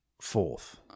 fourth